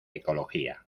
ecología